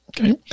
Okay